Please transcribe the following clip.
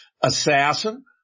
assassin